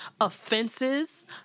offenses